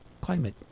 climate